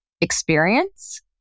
experience